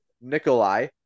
Nikolai